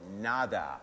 nada